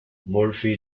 murphy